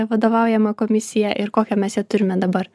vadovaujama komisija ir kokią mes ją turime dabar